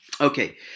okay